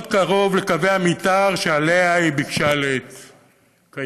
קרוב לקווי המתאר שעליהם היא ביקשה להתקיים,